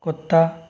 कुत्ता